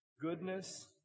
goodness